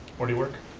where do you work?